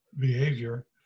behavior